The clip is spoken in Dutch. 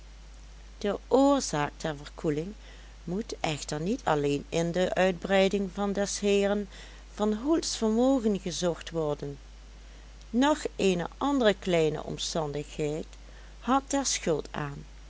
de oorzaak der verkoeling moet echter niet alleen in de uitbreiding van des heeren van hoels vermogen gezocht worden nog eene andere kleine omstandigheid had daar schuld aan